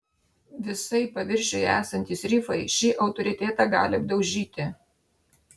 visai paviršiuje esantys rifai šį autoritetą gali apdaužyti